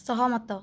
ସହମତ